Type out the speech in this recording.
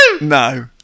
no